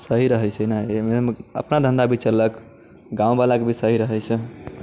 सही रहैत छै ने एहिमे अपना धंधा भी चललक गाँव बलाके भी सही रहैत छै